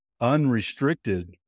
unrestricted